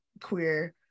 queer